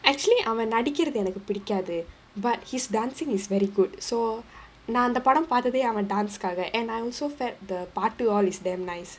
actually அவன் நடிக்கிறது எனக்கு பிடிக்காது:avan nadikkirathu enakku pidikkaadhu but his dancing is very good so நா அந்த படம் பாத்ததே அவன்:naa andha padam paathathae avan dance காக:kaaga and I also felt the பாட்டு:paattu all is damn nice